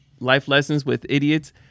lifelessonswithidiots